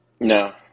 No